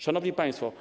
Szanowni Państwo!